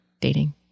dating